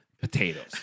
potatoes